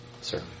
sir